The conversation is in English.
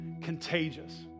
contagious